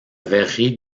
verrerie